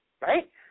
Right